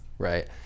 Right